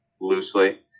loosely